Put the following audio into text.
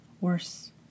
Worse